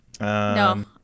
No